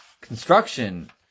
construction